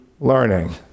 learning